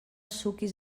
suquis